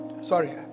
Sorry